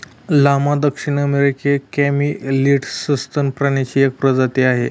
llama दक्षिण अमेरिकी कॅमेलीड सस्तन प्राण्यांची एक प्रजाती आहे